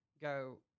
go